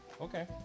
Okay